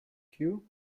cue